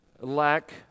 lack